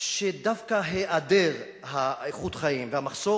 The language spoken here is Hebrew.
שדווקא היעדר איכות החיים והמחסור